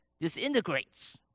disintegrates